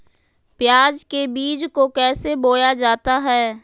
प्याज के बीज को कैसे बोया जाता है?